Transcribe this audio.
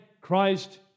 Christ